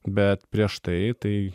bet prieš tai